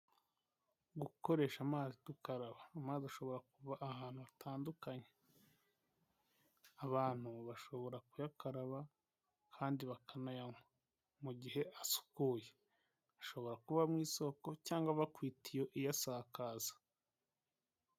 Gukoresha amazi tukaraba amazi ashobora kuba ahantu hatandukanye, abantu bashobora kuyakaraba kandi bakanayanywa mu gihe asukuye, hashobora kubamo isoko cyangwa ava ku itiyo iyasakaza.